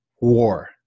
war